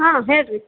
ಹಾಂ ಹೇಳಿರಿ